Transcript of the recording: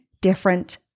different